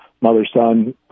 mother-son